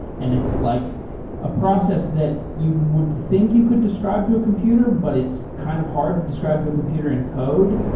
and it's like a process that you would think you could describe to a computer, but it's kind of hard to describe to a computer and code.